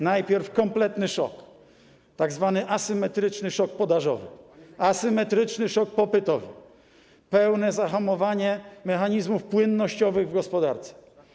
Najpierw kompletny szok, tzw. asymetryczny szok podażowy, asymetryczny szok popytowy, pełne zahamowanie mechanizmów płynnościowych w gospodarce.